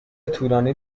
طولانی